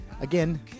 again